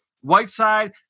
Whiteside